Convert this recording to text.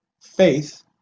faith